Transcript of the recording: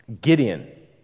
Gideon